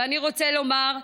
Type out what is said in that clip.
ואני רוצה לומר,